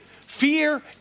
fear